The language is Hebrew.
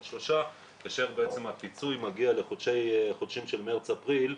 בעוד שלושה כאשר הפיצוי מגיע לחודשים של מרץ-אפריל,